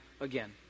again